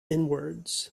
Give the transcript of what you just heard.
inwards